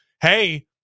hey